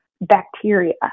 bacteria